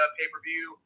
pay-per-view